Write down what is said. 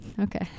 Okay